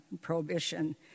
prohibition